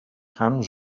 hands